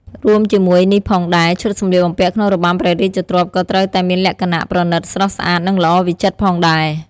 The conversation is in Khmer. រួមជាមួយនេះផងដែរ ឈុតសម្លៀកបំពាក់ក្នុងរបាំព្រះរាជទ្រព្យក៏ត្រូវតែមានលក្ខណៈ ប្រណីត ស្រស់ស្អាត និងល្អវិចិត្រផងដែរ។